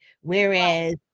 whereas